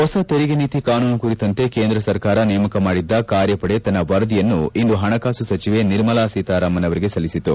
ಹೊಸ ತೆರಿಗೆ ನೀತಿ ಕಾನೂನು ಕುರಿತಂತೆ ಕೇಂದ್ರ ಸರ್ಕಾರ ನೇಮಕ ಮಾಡಿದ್ದ ಕಾರ್ಯಪಡೆ ತನ್ನ ವರದಿಯನ್ನು ಇಂದು ಹಣಕಾಸು ಸಚಿವೆ ನಿರ್ಮಲಾ ಸೀತಾರಾಮನ್ ಅವರಿಗೆ ಸಲ್ಲಿಸಿತು